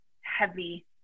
heavy